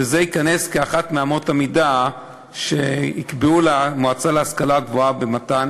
וזה ייכנס כאחת מאמות המידה שיקבעו למועצה להשכלה גבוהה במתן